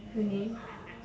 okay